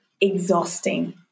exhausting